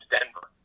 Denver